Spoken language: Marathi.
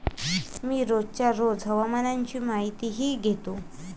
मी रोजच्या रोज हवामानाची माहितीही घेतो